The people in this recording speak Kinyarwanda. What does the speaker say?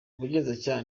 ubugenzacyaha